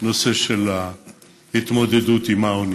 בנושא של ההתמודדות עם העוני.